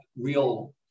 real